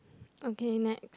okay next